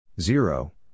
Zero